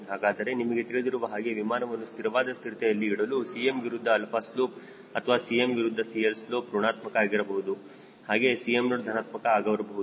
ಹಾಗಾದರೆ ನಿಮಗೆ ತಿಳಿದಿರುವ ಹಾಗೆ ವಿಮಾನವನ್ನು ಸ್ಥಿರವಾದ ಸ್ಥಿರತೆಯಲ್ಲಿ ಇಡಲು Cm ವಿರುದ್ಧ 𝛼 ಸ್ಲೋಪ್ ಅಥವಾ Cm ವಿರುದ್ಧ CL ಸ್ಲೋಪ್ ಋಣಾತ್ಮಕ ಆಗಿರಬೇಕು ಹಾಗೆ Cm0 ಧನಾತ್ಮಕ ಆಗಿರಬೇಕು